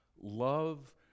love